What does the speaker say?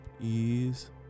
ease